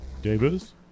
Davis